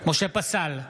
משה פסל,